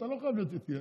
אתה לא חייב להיות איתי.